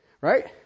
right